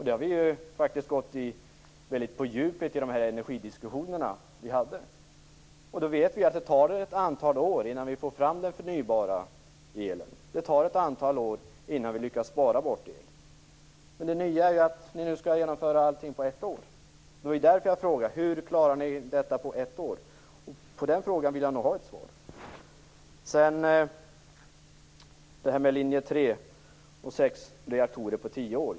Där har vi gått på djupet i de energidiskussioner vi hade, och vi vet därför att det tar ett antal år innan vi får fram den förnybara elen. Det tar ett antal år innan vi lyckas spara bort elen. Men det nya är ju att ni nu skall genomföra allting på ett år. Det var därför jag frågade: Hur klarar ni detta på ett år? På den frågan vill jag nog ha ett svar. Barbro Andersson nämner att linje 3 ville avveckla sex reaktorer på tio år.